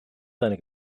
seine